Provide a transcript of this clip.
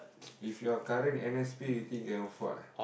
with your current N_S_P you think you can afford